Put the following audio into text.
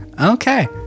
Okay